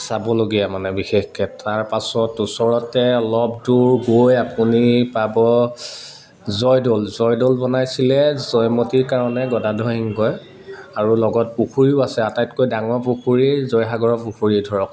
চাবলগীয়া মানে বিশেষকে তাৰপাছত ওচৰতে অলপ দূৰ গৈ আপুনি পাব জয়দৌল জয়দৌল বনাইছিলে জয়মতীৰ কাৰণে গদাধৰ সিংহই আৰু লগত পুখুৰীও আছে আটাইতকৈ ডাঙৰ পুখুৰী জয়সাগৰ পুখুৰী ধৰক